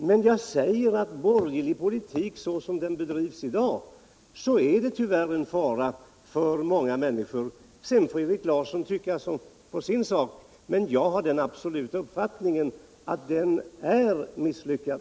Men jag säger att borgerlig politik, såsom den bedrivs i dag, tyvärr är en fara för många människor— Erik Larsson får tycka på sitt sätt — och att det är min absoluta uppfattning att den är misslyckad.